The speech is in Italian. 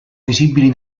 visibili